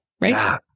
Right